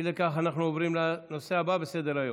אי לכך, אנחנו עוברים לנושא הבא שעל סדר-היום.